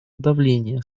давления